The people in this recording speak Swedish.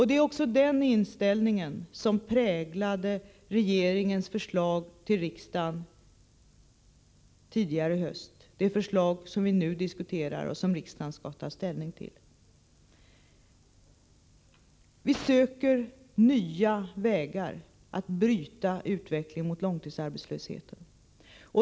Det var denna inställning som präglade regeringens förslag till riksdagen tidigare i höst — det förslag som vi nu diskuterar och som riksdagen skall ta ställning till. Vi söker nya vägar för att bryta utvecklingen mot långtidsarbetslöshet.